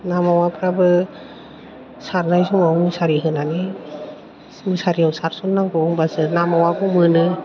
ना मावाफ्राबो सारनाय समाव मुसारि होनानै मुसारियाव सारसननांगौ होनबासो ना मावाखौ मोनो